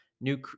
new